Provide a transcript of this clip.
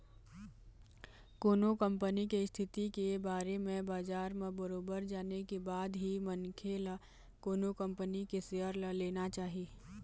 कोनो कंपनी के इस्थिति के बारे म बजार म बरोबर जाने के बाद ही मनखे ल कोनो कंपनी के सेयर ल लेना चाही